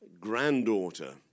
granddaughter